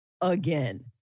again